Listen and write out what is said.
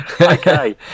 Okay